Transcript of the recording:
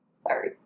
sorry